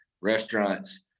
restaurants